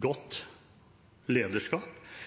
godt lederskap.